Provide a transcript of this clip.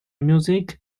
music